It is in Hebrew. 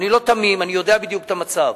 אני לא תמים, אני יודע בדיוק את המצב,